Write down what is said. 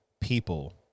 people